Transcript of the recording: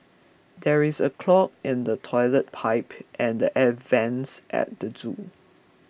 there is a clog in the Toilet Pipe and the Air Vents at the zoo